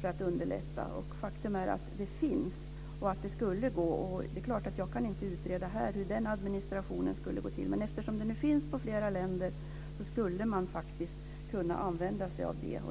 för att underlätta. Faktum är att det finns och att det skulle gå. Det är klart att jag inte kan utreda här hur den administrationen skulle gå till, men eftersom det nu finns i flera länder skulle man faktiskt kunna använda sig av det.